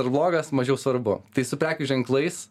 ar blogas mažiau svarbu tai su prekių ženklais